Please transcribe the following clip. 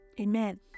amen